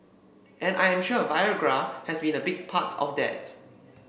and I am sure Viagra has been a big part of that